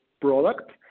product